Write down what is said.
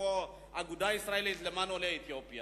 כמו האגודה הישראלית למען עולי אתיופיה,